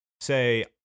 say